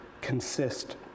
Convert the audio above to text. consist